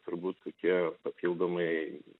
turbūt kokie papildomai